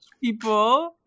people